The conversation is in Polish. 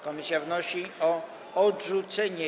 Komisja wnosi o jej odrzucenie.